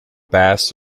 bass